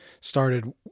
started